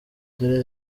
dore